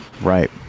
right